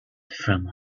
from